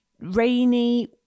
rainy